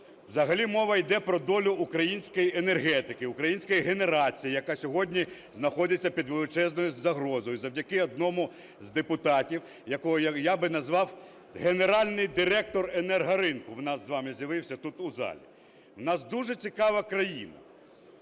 Взагалі мова йде про долю української енергетики, української генерації, яка сьогодні знаходиться під величезною загрозою завдяки одному з депутатів, якого я би назвав "генеральний директор енергоринку", в нас з вами з'явився тут у залі. В нас дуже цікава країна,